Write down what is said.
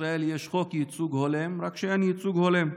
שאין ייצוג הולם.